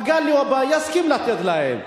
מגלי והבה יסכים לתת להם.